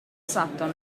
sutton